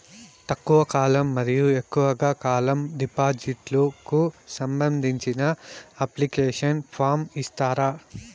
తక్కువ కాలం మరియు ఎక్కువగా కాలం డిపాజిట్లు కు సంబంధించిన అప్లికేషన్ ఫార్మ్ ఇస్తారా?